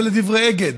זה לדברי אגד,